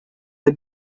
the